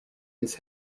his